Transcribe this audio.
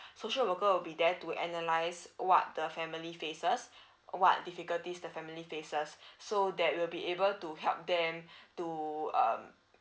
social worker will be there to analyse what the family faces what difficulties the family faces so that will be able to help them to um